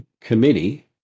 committee